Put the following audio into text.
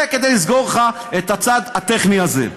זה כדי לסגור לך את הצד הטכני הזה.